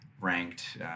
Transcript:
ranked